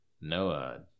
Noah